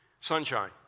Sunshine